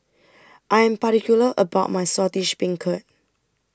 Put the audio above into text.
I Am particular about My Saltish Beancurd